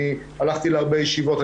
הלכתי להרבה ישיבות,